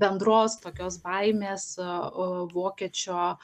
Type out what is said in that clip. bendros tokios baimės o vokiečio